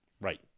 Right